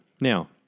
Now